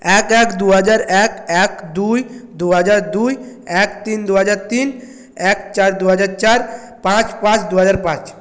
এক এক দুহাজার এক এক দুই দুহাজার দুই এক তিন দুহাজার তিন এক চার দুহাজার চার পাঁচ পাঁচ দুহাজার পাঁচ